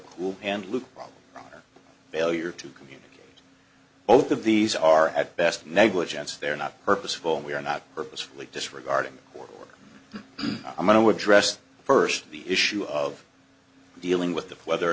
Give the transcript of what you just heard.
cool hand luke failure to community both of these are at best negligence they're not purposeful and we are not purposefully disregarding or i'm going to address first the issue of dealing with the whether or